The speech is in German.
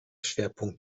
schwerpunkt